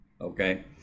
okay